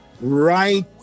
right